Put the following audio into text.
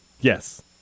Yes